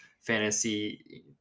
fantasy